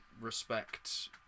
respect